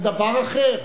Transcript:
זה דבר אחר.